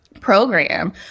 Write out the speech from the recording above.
program